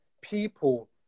people